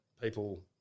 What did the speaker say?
people